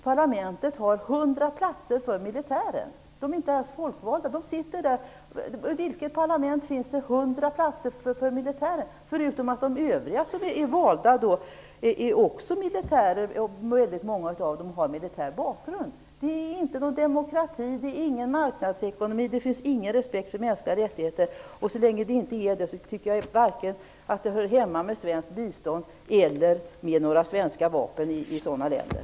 Parlamentet har 100 platser för militärer. De är inte folkvalda. I vilket parlament finns det 100 platser för militärer? Dessutom har väldigt många av de som är valda militär bakgrund. Det är ingen demokrati. Det är ingen marknadsekonomi. Det finns ingen respekt för mänskliga rättigheter. Så länge det är så tycker jag att varken svenskt bistånd eller svenska vapen hör hemma i det landet.